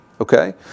okay